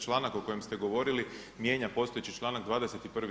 Članak o kojem ste govorili mijenja postojeći članak 21.